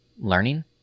learning